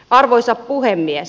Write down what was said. arvoisa puhemies